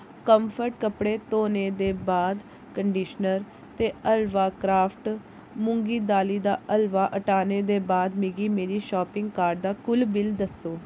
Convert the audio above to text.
comfort कपड़े धोने दे बाद कंडीशनर ते हलवा क्राफ्ट मुंगी दाली दा हलवा हटाने दे बाद मिगी मेरी शापिंग कार्ट दा कुल बिल्ल दस्सो